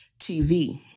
TV